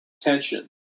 tension